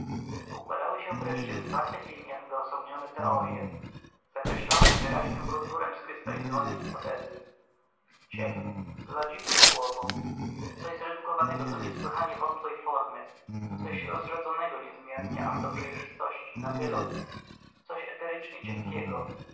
układały się wreszcie w zwartych liniach wyosobnione teorye zakreślały wyraźnym konturem skrystalizowane hipotezy cień co za dziwne słowo coś zredukowanego do niesłychanie wątłej formy coś rozrzedzonego niezmiernie aż do przejrzystości na wylot coś eterycznie cienkiego